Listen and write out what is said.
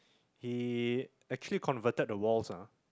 he actually converted the walls ah